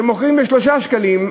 שמוכרים ב-3 שקלים,